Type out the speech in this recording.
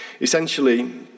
Essentially